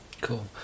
Cool